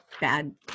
bad